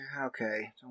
okay